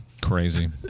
Crazy